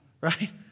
right